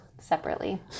Separately